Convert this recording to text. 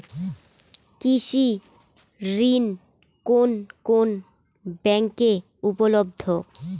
কৃষি ঋণ কোন কোন ব্যাংকে উপলব্ধ?